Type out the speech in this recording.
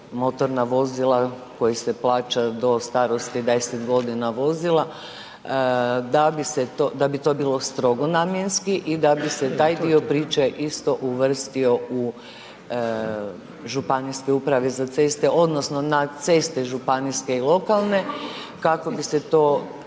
motorna vozila koji se plaća do starosti 10 godina vozila, da bi se to, da bi to bilo strogo namjenski i da bi se taj dio priče isto uvrstio u županijske uprave za ceste odnosno na ceste županijske i lokalne kako bi se to